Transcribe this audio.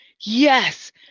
yes